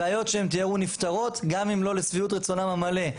הבעיות שהם תיארו נפתרות גם אם לא לשביעות רצונם המלא,